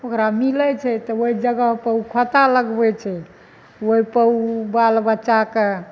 ओकरा मिलै छै तब ओहि जगहपर ओ खोत्ता लगबै छै ओहिपर ओ बाल बच्चाके